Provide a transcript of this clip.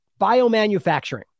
biomanufacturing